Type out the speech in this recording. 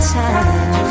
time